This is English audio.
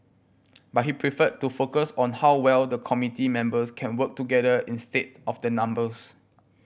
but he preferred to focus on how well the committee members can work together instead of the numbers